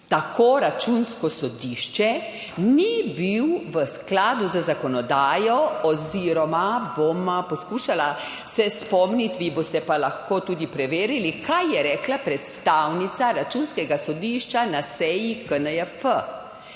tako Računsko sodišče ni bil v skladu z zakonodajo oziroma bom poskušala se spomniti, vi boste pa lahko tudi preverili kaj je rekla predstavnica Računskega sodišča na seji KNJF,